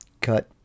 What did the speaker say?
cut